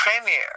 premiere